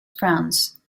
france